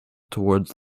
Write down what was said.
towards